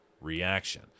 reaction